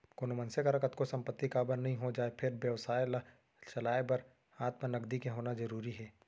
कोनो मनसे करा कतको संपत्ति काबर नइ हो जाय फेर बेवसाय ल चलाय बर हात म नगदी के होना जरुरी हे